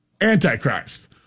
Antichrist